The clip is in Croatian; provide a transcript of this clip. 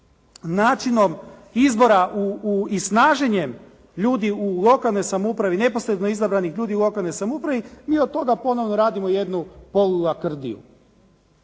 načinom izbora i snaženjem ljudi u lokalnoj samoupravi, neposredno izabranih ljudi u lokalnoj samoupravi mi od toga ponovno radimo jednu polu lakrdiju.